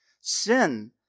Sin